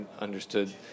understood